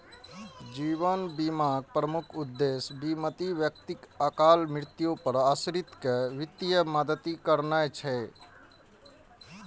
जीवन बीमाक प्रमुख उद्देश्य बीमित व्यक्तिक अकाल मृत्यु पर आश्रित कें वित्तीय मदति करनाय छै